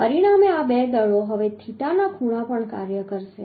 પરિણામે આ બે દળો હવે થીટાના ખૂણા પર કાર્ય કરશે